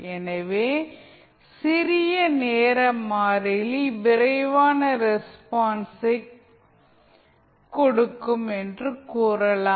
எனவே சிறிய நேர மாறிலி விரைவான ரெஸ்பான்ஸை கொடுக்கும் என்று கூறலாம்